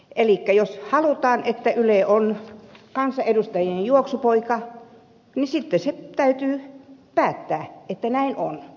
elikkä jos halutaan että yle on kansanedustajien juoksupoika niin sitten täytyy päättää että näin on